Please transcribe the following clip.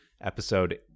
episode